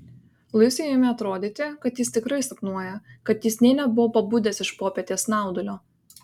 luisui ėmė atrodyti kad jis tikrai sapnuoja kad jis nė nebuvo pabudęs iš popietės snaudulio